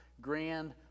grand